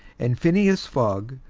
and phileas fogg,